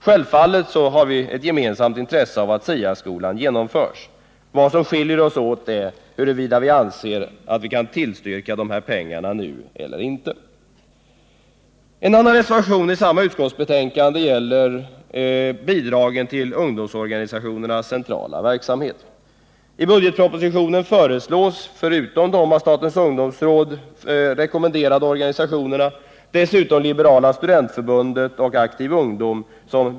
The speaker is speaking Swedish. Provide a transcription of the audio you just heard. Självfallet har vi ett gemensamt intresse av att SIA-skolan genomförs. Vad som skiljer oss åt är uppfattningen om huruvida vi kan ge detta bidrag nu eller inte. En annan reservation vid samma utskotts betänkande gäller bidragen till ungdomsorganisationernas centrala verksamhet. I budgetpropositionen föreslås som bidragsberättigade, förutom de av statens ungdomsråd rekommenderade organisationerna, även Liberala studentförbundet och Aktiv ungdom.